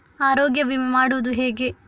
ಆರೋಗ್ಯ ವಿಮೆ ಮಾಡುವುದು ಹೇಗೆ?